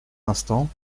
instant